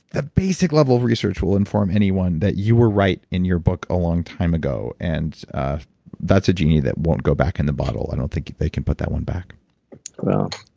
a basic level research will inform anyone that you were right in your book a long time ago, and that's a genie that won't go back in the bottle. i don't think they can put that one back well,